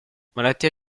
malattia